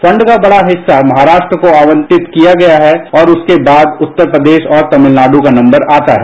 fund का बढ़ा हिस्सा महाराष्ट्र को आवंटित किया गया है और उसके बाद उत्तर प्रदेश और तमिलनाडु का नम्बर आता है